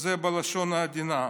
וזה בלשון עדינה.